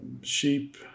sheep